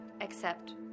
accept